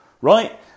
right